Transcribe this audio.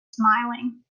smiling